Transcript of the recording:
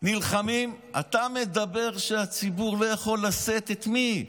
נלחמים אתה מדבר, שהציבור לא יכול לשאת, את מי,